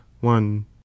one